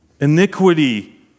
Iniquity